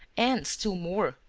and, still more,